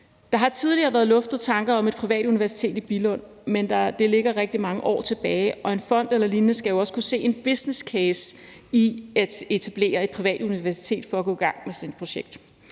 Der har tidligere været luftet tanker om et privat universitet i Billund, men det ligger rigtig mange år tilbage, og en fond eller lignende skal jo også kunne se en businesscase i at etablere et privat universitet for at gå i gang med sådan et projekt.